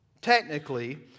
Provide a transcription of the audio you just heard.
technically